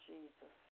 Jesus